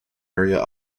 area